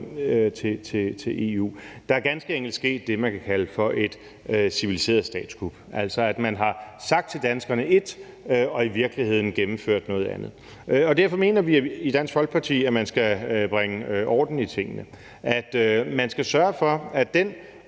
til EU. Der er ganske enkelt ske det, som man kan kalde for et civiliseret statskup, altså at man har sagt ét til danskerne og i virkeligheden gennemført noget andet. Derfor mener vi i Dansk Folkeparti, at man skal bringe orden i tingene, og at man skal sørge for, at den